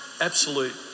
absolute